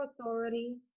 authority